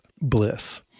bliss